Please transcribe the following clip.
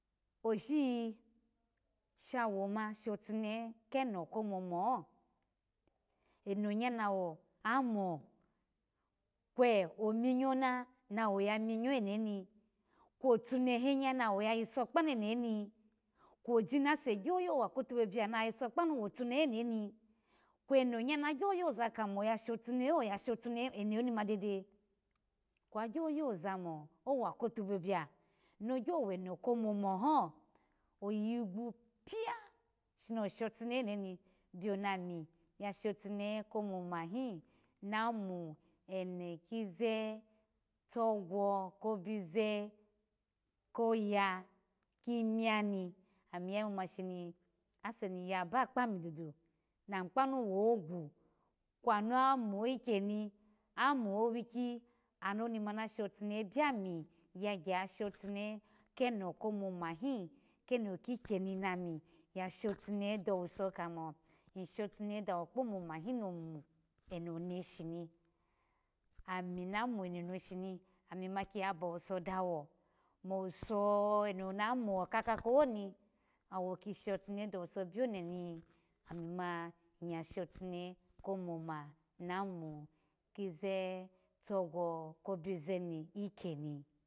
Oshiyi shawo ma shotunehe keno komoma ho eno nya na wo amo kwe ominyo nya nawo ya minyo eno oni kwo otunehenya nawo ya yiso kpanu eno n kwo ji nase gyo yo wa kotu biyobiya noya yiso kpanu wotunehe eno ni kweno nya na gyo yoza kamo oya shotunehelo oya shotunehe enoni ma dede kwa gyozamo owa kotubiyo biyu nogyo weno komoma ho oyiyi gwupiya shimi oshotu nehu eno ni biyo na mi ya shotunehe komomahi ma mu eno kizi togwo kobize koya kimiya ni ami ya yimu ma ase yaba kpam dudu na mi kpanu owogwu kwanu amo ikeni amu owiki ana oni n shotunehe biyami yagye ya shotune he keno komamahi keno kikyeni mami ya shotunehe ya dowuso kamo ishotenehe dawo kpo momahi nomu eno neshi mi ami na mu eno neshini ami m kiya bowuso dawo mo owuso eno na mo kakahoni awo ki shotumehe komom nu mu kize togwo kobize n ikeyeni